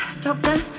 Doctor